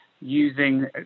using